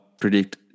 predict